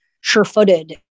sure-footed